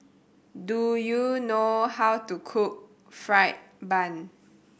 do you know how to cook fried bun